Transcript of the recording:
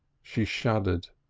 she shuddered.